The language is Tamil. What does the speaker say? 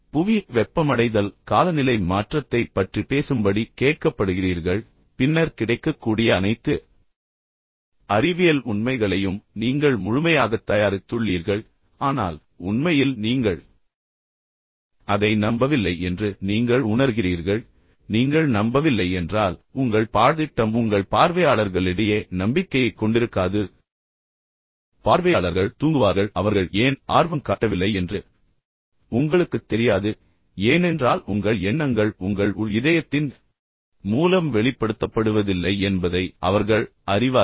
எனவே புவி வெப்பமடைதல் காலநிலை மாற்றத்தைப் பற்றி பேசும்படி கேட்கப்படுகிறீர்கள் பின்னர் கிடைக்கக்கூடிய அனைத்து அறிவியல் உண்மைகளையும் நீங்கள் முழுமையாகத் தயாரித்துள்ளீர்கள் ஆனால் உண்மையில் நீங்கள் அதை நம்பவில்லை என்று நீங்கள் உணர்கிறீர்கள் நீங்கள் நம்பவில்லை என்றால் உங்கள் பாடதிட்டம் உங்கள் பார்வையாளர்களிடையே நம்பிக்கையைக் கொண்டிருக்காது பார்வையாளர்கள் தூங்குவார்கள் அவர்கள் ஏன் ஆர்வம் காட்டவில்லை என்று உங்களுக்குத் தெரியாது ஏனென்றால் உங்கள் எண்ணங்கள் உங்கள் உள் இதயத்தின் மூலம் வெளிப்படுத்தப்படுவதில்லை என்பதை அவர்கள் அறிவார்கள்